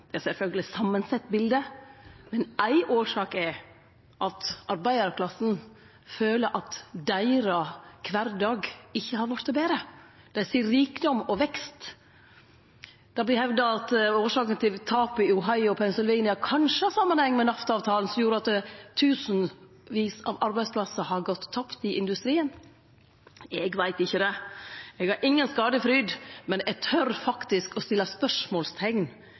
samansett bilete, men ei årsak er at arbeidarklassen føler at deira kvardag ikkje har vorte betre. Dei ser rikdom og vekst. Det vert hevda at årsaka til tapet i Ohio og Pennsylvania kanskje har samanheng med NAFTA-avtalen, som gjorde at tusenvis av arbeidsplassar i industrien har gått tapt. Eg veit ikkje det. Eg har inga skadefryd, men eg tør faktisk å